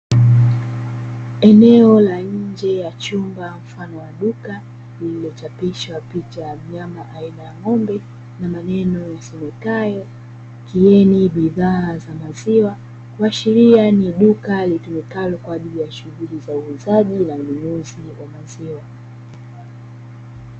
Eneo la nje ya chumba mfano wa duka, lililochapishwa picha ya mnyama aina ya ng'ombe, na maneno yasomekayo 'kieni bidhaa za maziwa'. Kuashiria ni duka litumikalo kwa ajili ya shughuli za uuzaji na ununuzi wa maziwa.